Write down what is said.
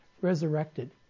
resurrected